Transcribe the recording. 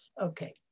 Okay